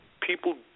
people